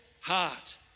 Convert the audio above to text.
heart